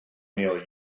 neil